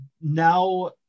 now